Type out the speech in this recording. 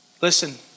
Listen